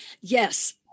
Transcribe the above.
Yes